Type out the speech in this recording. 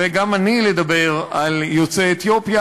וגם לדבר על יוצאי אתיופיה,